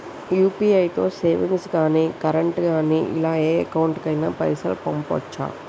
UPI తో savings గాని current గాని ఇలా ఏ అకౌంట్ కైనా పైసల్ పంపొచ్చా?